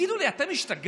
תגידו לי, אתם השתגעתם?